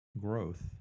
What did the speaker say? growth